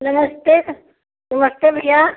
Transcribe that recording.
नमस्ते नमस्ते भैया